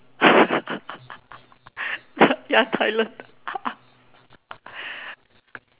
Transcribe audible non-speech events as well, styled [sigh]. [laughs] ya tilione [laughs]